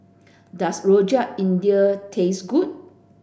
does Rojak India taste good